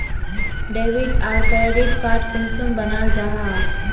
Debit आर credit card कुंसम बनाल जाहा?